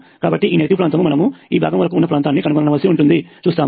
కాబట్టి ఈ నెగటివ్ ప్రాంతం మనము ఈ భాగం వరకు ఉన్న ప్రాంతాన్ని కనుగొనవలసి ఉంటుందని చూస్తాము